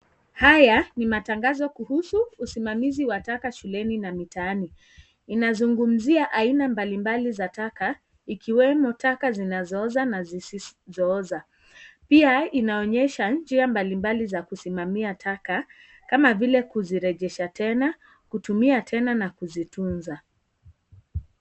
Haya ni matangazo kuhusu usimamizi wa taka shuleni na mitaani. Inazungumzia aina mbalimbali za taka ikiwemo taka zinazooza na zisizooza. Pia inaonyesha njia mbalimbali za kusimamia taka kama vile kuzirejesha tena, kutumia tena na kuzitunza.